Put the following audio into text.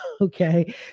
okay